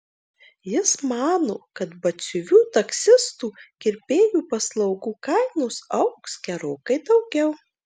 jis mano kad batsiuvių taksistų kirpėjų paslaugų kainos augs gerokai daugiau